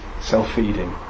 self-feeding